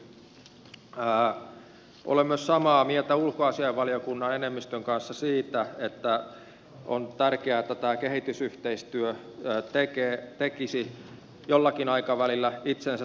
olen myös samaa mieltä ulkoasiainvaliokunnan enemmistön kanssa siitä että on tärkeää että kehitysyhteistyö tekisi jollakin aikavälillä itsensä tarpeettomaksi